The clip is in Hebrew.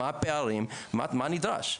מה הפערים ומה נדרש,